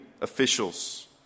officials